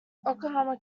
oklahoma